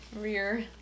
rear